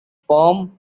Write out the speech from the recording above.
firm